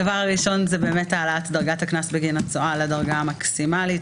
הדבר הראשון זה העלאת דרגת הקנס בגין הצואה לדרגה המקסימלית,